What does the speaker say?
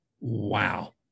Wow